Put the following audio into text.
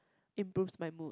improves my food